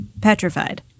petrified